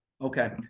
Okay